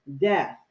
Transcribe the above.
death